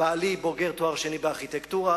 בעלי בוגר תואר שני בארכיטקטורה.